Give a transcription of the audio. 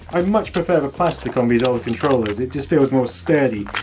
i much prefer the plastic on these old controllers, it just feels more sturdy.